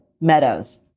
Meadows